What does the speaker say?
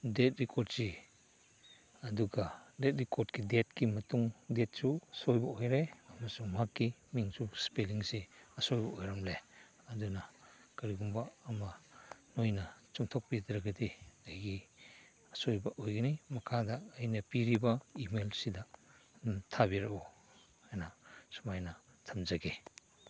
ꯗꯦꯗ ꯔꯦꯀꯣꯔꯠꯁꯤ ꯑꯗꯨꯒ ꯗꯦꯗ ꯔꯦꯀꯣꯔꯠꯀꯤ ꯗꯦꯗꯀꯤ ꯃꯇꯨꯡ ꯗꯦꯗꯁꯨ ꯁꯣꯏꯕ ꯑꯣꯏꯔꯦ ꯑꯃꯁꯨꯡ ꯃꯍꯥꯛꯀꯤ ꯃꯤꯡꯁꯨ ꯏꯁꯄꯦꯂꯤꯡꯁꯦ ꯑꯁꯣꯏꯕ ꯑꯣꯏꯔꯝꯂꯦ ꯑꯗꯨꯅ ꯀꯔꯤꯒꯨꯝꯕ ꯑꯃ ꯅꯣꯏꯅ ꯆꯨꯝꯊꯣꯛꯄꯤꯗ꯭ꯔꯒꯗꯤ ꯑꯩꯒꯤ ꯑꯁꯣꯏꯕ ꯑꯣꯏꯒꯅꯤ ꯃꯈꯥꯗ ꯑꯩꯅ ꯄꯤꯔꯤꯕ ꯏꯃꯦꯜ ꯁꯤꯗ ꯑꯗꯨꯝ ꯊꯥꯕꯤꯔꯛꯎ ꯍꯥꯏꯅ ꯁꯨꯃꯥꯏꯅ ꯊꯝꯖꯒꯦ